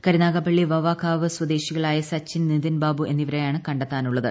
കരുനാഗപ്പള്ളി വവ്വാക്കാവ് സ്വദേശികളായ സച്ചിൻ നിതിൻ ബാബു എന്നിവരെയാണ് കണ്ടെത്താനുള്ളത്